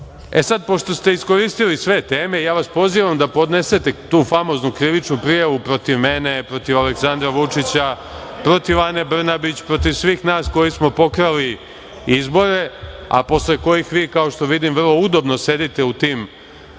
društvu? Pošto ste iskoristili sve teme, ja vas pozivam da podnesete tu famoznu krivičnu prijavu protiv mene, protiv Aleksandra Vučića, protiv Ane Brnabić, protiv svih nas koji smo pokrali izbore, a posle kojih vi, kao što vidim, vrlo udobno sedite u tim